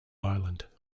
island